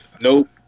Nope